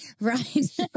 Right